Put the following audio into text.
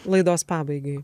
laidos pabaigai